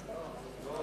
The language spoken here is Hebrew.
לא.